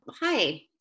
Hi